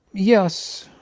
yes,